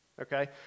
okay